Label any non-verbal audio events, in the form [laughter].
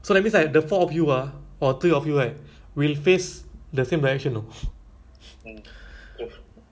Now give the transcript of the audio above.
maybe today they change lah because maybe someone or [noise] recommend or something if they actually doing that